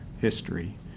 history